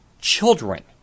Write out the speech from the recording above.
children